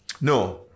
No